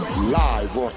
Live